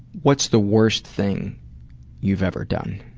what's the worst thing you've ever done?